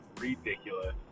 ridiculous